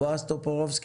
בועז טופורובסקי